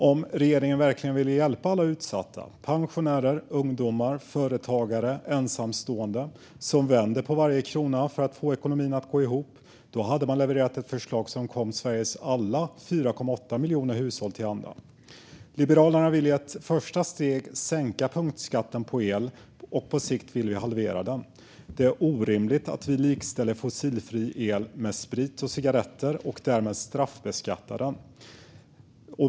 Om regeringen verkligen vill hjälpa alla utsatta - pensionärer, ungdomar, företagare och ensamstående - som vänder på varje krona för att få ekonomin att gå ihop hade man levererat ett förslag som kom Sveriges alla 4,8 miljoner hushåll till del. Liberalerna vill i ett första steg sänka punktskatten på el, och på sikt vill vi halvera den. Det är orimligt att vi likställer fossilfri el med sprit och cigaretter och därmed straffbeskattar den.